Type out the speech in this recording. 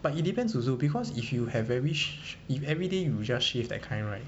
but it depends also because if you have very sh~ if everyday you just shave that kind right